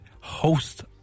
host